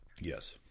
Yes